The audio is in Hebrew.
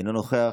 אינו נוכח,